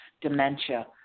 dementia